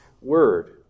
word